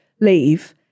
leave